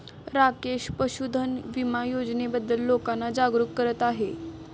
राकेश पशुधन विमा योजनेबद्दल लोकांना जागरूक करत आहे